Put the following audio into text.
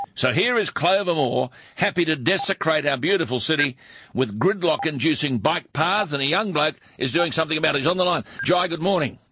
so here is clover moore happy to desecrate our beautiful city with gridlock-inducing bike paths, and a young bloke is doing something about it. he's on the line. jai, good morning.